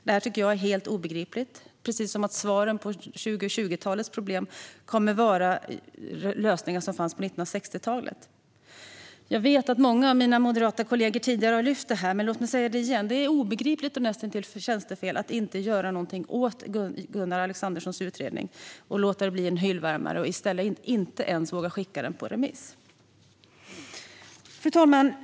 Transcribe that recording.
Detta tycker jag är helt obegripligt - som om svaren på 2020-talets problem skulle vara lösningar från 1960-talet. Jag vet att många av mina moderata kollegor har lyft detta tidigare, men låt mig säga det igen: Det är obegripligt och näst intill tjänstefel att inte göra något åt Gunnar Alexanderssons utredning, att låta den bli en hyllvärmare och inte ens våga skicka den på remiss. Fru talman!